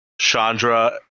Chandra